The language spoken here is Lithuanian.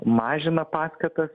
mažina paskatas